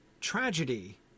tragedy